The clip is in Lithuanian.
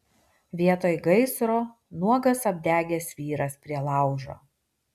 vietoj gaisro nuogas apdegęs vyras prie laužo